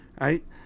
right